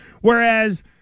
Whereas